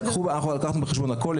אנחנו לקחנו בחשבון הכול.